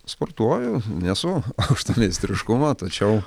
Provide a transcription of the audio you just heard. sportuoju nesu aukšto meistriškumo tačiau